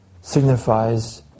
signifies